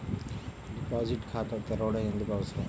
Deposit ఖాతా తెరవడం ఎందుకు అవసరం?